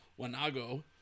Wanago